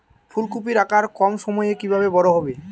ফুলকপির আকার কম সময়ে কিভাবে বড় হবে?